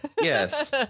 Yes